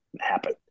happen